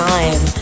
Time